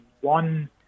One